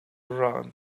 run